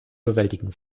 bewältigen